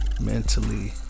mentally